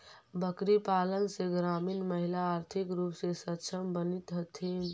बकरीपालन से ग्रामीण महिला आर्थिक रूप से सक्षम बनित हथीन